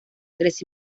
tres